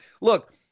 Look